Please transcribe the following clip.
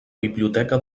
biblioteca